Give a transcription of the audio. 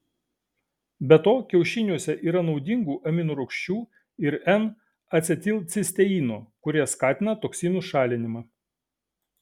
be to kiaušiniuose yra naudingų aminorūgščių ir n acetilcisteino kurie skatina toksinų šalinimą